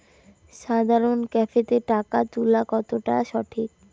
সাধারণ ক্যাফেতে টাকা তুলা কতটা সঠিক?